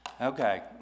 Okay